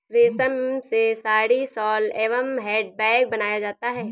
रेश्म से साड़ी, शॉल एंव हैंड बैग बनाया जाता है